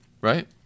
right